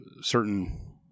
certain